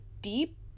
deep